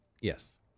Yes